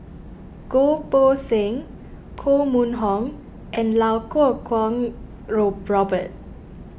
Goh Poh Seng Koh Mun Hong and Iau Kuo Kwong row Robert